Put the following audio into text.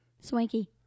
Swanky